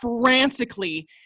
frantically